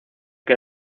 que